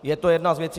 Je to jedna z věcí.